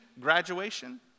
graduation